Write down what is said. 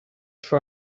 for